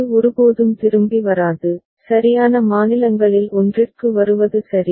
அது ஒருபோதும் திரும்பி வராது சரியான மாநிலங்களில் ஒன்றிற்கு வருவது சரி